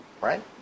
Right